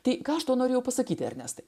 tai ką aš tuo norėjau pasakyti ernestai